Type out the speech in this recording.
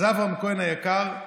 אברהם כהן היקר,